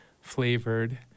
flavored